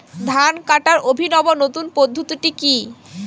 ধান কাটার অভিনব নতুন পদ্ধতিটি কি?